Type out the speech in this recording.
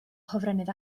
hofrennydd